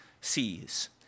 sees